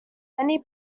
many